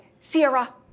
Sierra